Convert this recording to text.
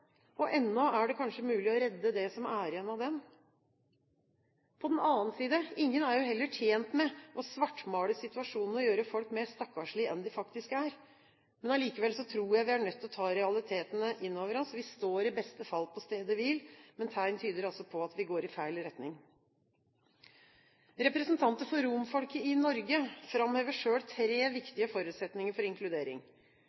Ennå er det kanskje mulig å redde det som er igjen av den? På den annen side: Ingen er jo tjent med å svartmale situasjonen og gjøre folk mer stakkarslige enn de faktisk er. Men likevel tror jeg vi er nødt til å ta realitetene inn over oss. Vi står i beste fall på stedet hvil, men tegn tyder altså på at vi går i feil retning. Representanter for romfolket i Norge framhever selv tre